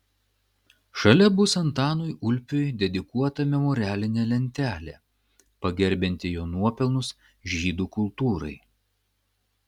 šalia bus antanui ulpiui dedikuota memorialinė lentelė pagerbianti jo nuopelnus žydų kultūrai